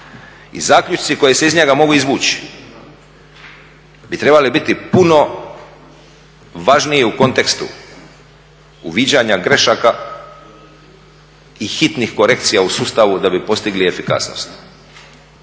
i zaključci koji se iz njega mogu izvući bi trebali biti puno važniji u kontekstu uviđanja grešaka i hitnih korekcija u sustavu da bi postigli efikasnost